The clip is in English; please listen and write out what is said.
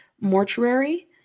mortuary